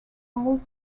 hold